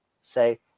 say